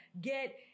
get